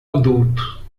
adulto